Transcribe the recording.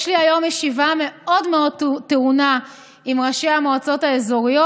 יש לי היום ישיבה מאוד מאוד טעונה עם ראשי המועצות האזוריות,